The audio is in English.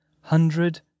hundred